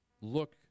Look